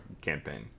campaign